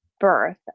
birth